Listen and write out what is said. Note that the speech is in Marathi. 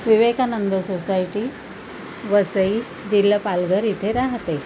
विवेकानंद सोसायटी वसई जिल्हा पालघर इथे राहते